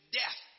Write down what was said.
death